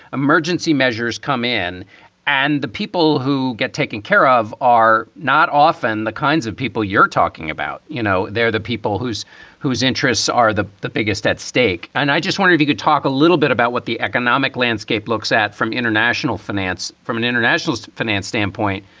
emergency measures come in and the people who get taken care of are not often the kinds of people you're talking about. you know, they're the people whose whose interests are the the biggest at stake. and i just wonder if you could talk a little bit about what the economic landscape looks at from international finance, from an international finance standpoint,